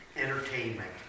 Entertainment